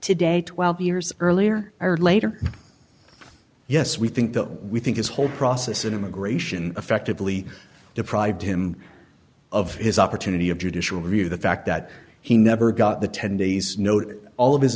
today twelve years earlier or later yes we think that we think is whole process in immigration effectively deprived him of his opportunity of judicial review the fact that he never got the ten days notice all of his